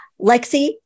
Lexi